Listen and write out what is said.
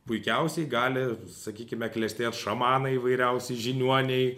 puikiausiai gali sakykime klestėt šamanai įvairiausi žiniuoniai